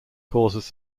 causes